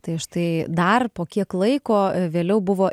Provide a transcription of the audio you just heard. tai štai dar po kiek laiko vėliau buvo